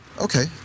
Okay